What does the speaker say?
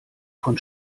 von